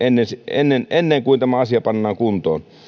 ennen ennen kuin tämä asia pannaan kuntoon